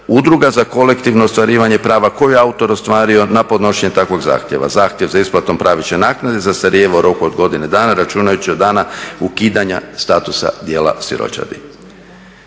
udruga za kolektivno ostvarivanje prava koju je autor ostvario na podnošenje takvog zahtjeva. Zahtjev za isplatom pravične naknade zastarijeva u roku od godine dana računajući od dana ukidanja statusa djela siročadi."